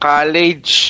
College